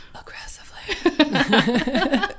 aggressively